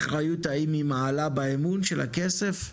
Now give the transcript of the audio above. האחריות האם היא מעלה האמון של הכסף,